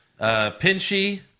Pinchy